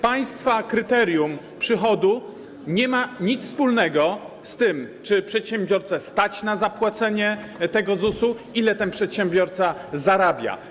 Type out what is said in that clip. Państwa kryterium przychodu nie ma nic wspólnego z tym, czy przedsiębiorcę stać na zapłacenie tego ZUS-u, ile ten przedsiębiorca zarabia.